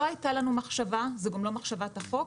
לא הייתה לנו מחשבה, וזאת גם לא מחשבת החוק,